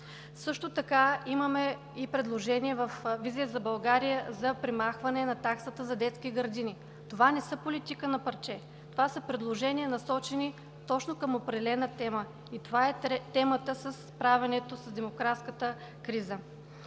Също така имаме предложение във „Визия за България“ за премахване на таксата за детски градини. Това не е политика на парче. Това са предложения, насочени точно към определена тема и това е темата за справянето с демографската криза.